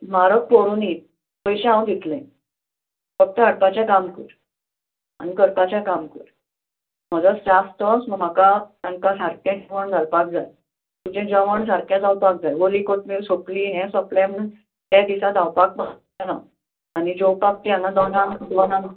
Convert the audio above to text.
म्हारग पडुनी पयशे हांव दितले फक्त हाडपाचें काम कर आनी करपाचें काम कर म्हजो स्टाफ तोच म्हाका तांकां सारके जेवण घालपाक जाय तुजे जेवण सारकें जावपाक जाय ओली कोथंबीर सोंपली हें सोपले त्या दिसा धांवपाक रावूं नाका आनी जेवपाक ती हांगा दोनांक दोनांक